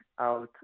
out